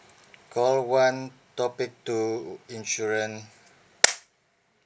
call one topic two insurance